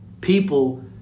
people